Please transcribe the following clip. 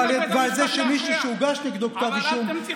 זה סיפור אחר.